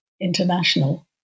international